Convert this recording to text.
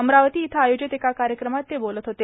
अमरावती इथं आयोजित एका कार्यक्रमात ते बोलत होते